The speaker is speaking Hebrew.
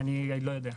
אני לא יודע.